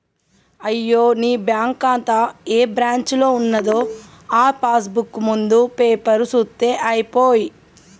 అయ్యో నీ బ్యాంకు ఖాతా ఏ బ్రాంచీలో ఉన్నదో ఆ పాస్ బుక్ ముందు పేపరు సూత్తే అయిపోయే